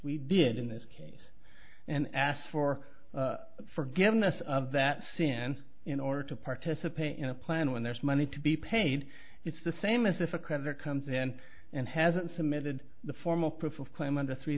we did in this case and ask for forgiveness of that since in order to participate in a plan when there's money to be paid it's the same as if a creditor comes in and hasn't submitted the formal proof of claim under three